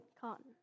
Cotton